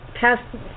past